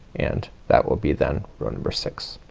and that will be then row number six.